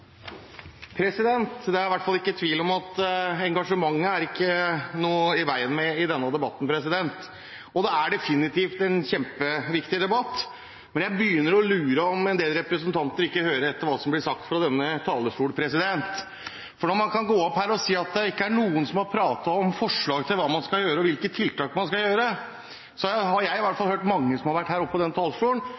Det er i hvert fall ikke tvil om at det ikke er noe i veien med engasjementet i denne debatten. Og det er definitivt en kjempeviktig debatt. Men jeg begynner å lure på om en del representanter ikke hører etter hva som blir sagt fra denne talerstolen. Når man kan gå opp her og si at det ikke er noen som har snakket om forslag til hva man skal gjøre, og hvilke tiltak man skal sette i verk, så har i hvert fall jeg hørt mange som har vært oppe på denne talerstolen